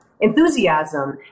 enthusiasm